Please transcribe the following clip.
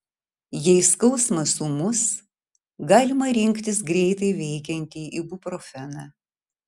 jei skausmas ūmus galima rinktis greitai veikiantį ibuprofeną